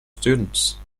students